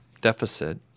deficit